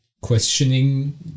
questioning